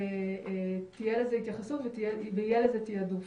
תהיה לזה התייחסות ויהיה לזה תיעדוף.